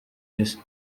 isi